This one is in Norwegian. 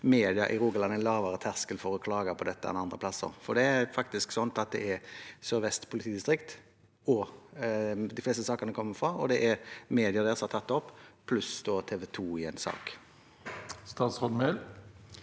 media i Rogaland lavere terskel for å klage på dette enn de har andre plasser? Det er faktisk Sør-Vest politidistrikt de fleste sakene kommer fra, og det er media der som har tatt det opp, pluss TV 2 i én sak. Statsråd Emilie